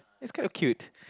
that's kind of cute